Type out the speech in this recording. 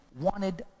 wanted